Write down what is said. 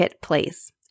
Place